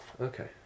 Okay